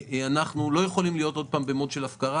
ז"ל.